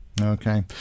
Okay